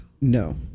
No